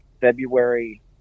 February